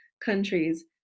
countries